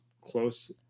close